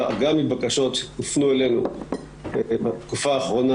גם מבקשות שהופנו אלינו בתקופה האחרונה,